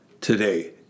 today